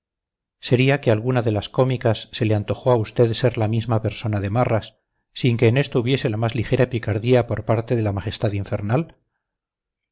sería que alguna de las cómicas se le antojó a usted ser la misma persona de marras sin que en esto hubiese la más ligera picardía por parte de la majestad infernal